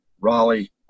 Raleigh